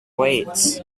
weights